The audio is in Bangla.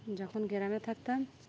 যখন গ্রামে থাকতাম